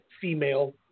female